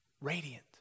radiant